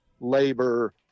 labor